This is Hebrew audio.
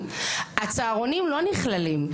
הצהרונים לא נכללים,